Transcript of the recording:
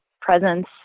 presence